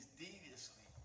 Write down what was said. deviously